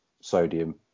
sodium